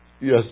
yes